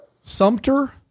Sumter